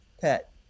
pet